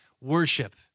Worship